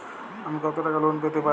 আমি কত টাকা লোন পেতে পারি?